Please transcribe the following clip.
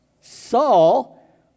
Saul